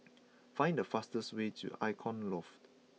find the fastest way to Icon Loft